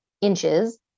inches